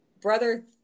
Brother